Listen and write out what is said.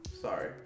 Sorry